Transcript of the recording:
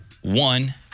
One